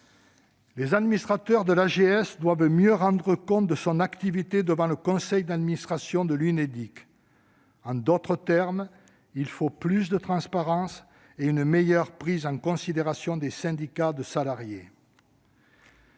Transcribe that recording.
Les administrateurs de l'AGS doivent mieux rendre compte de son activité devant le conseil d'administration de l'Unédic. En d'autres termes, il faut plus de transparence et une meilleure prise en considération des syndicats de salariés.